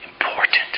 important